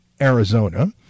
Arizona